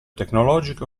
tecnologico